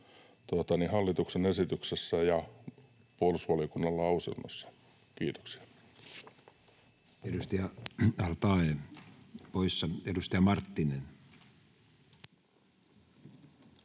hallituksen esityksessä ja puolustusvaliokunnan lausunnossa. — Kiitoksia. [Speech